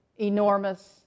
enormous